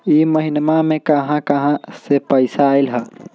इह महिनमा मे कहा कहा से पैसा आईल ह?